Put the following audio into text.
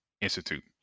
Institute